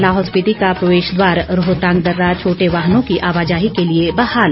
लाहौल स्पिति का प्रवेश द्वार रोहतांग दर्रा छोटे वाहनों की आवाजाही के लिए बहाल